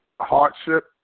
hardship